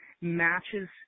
matches